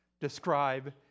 describe